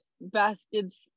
baskets